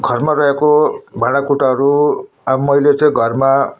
घरमा रहेको भाँडाकुँडाहरू अब मैले चाहिँ घरमा